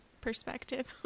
perspective